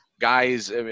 guys